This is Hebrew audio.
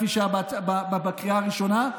כפי שהיה בקריאה הראשונה.